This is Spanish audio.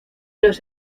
los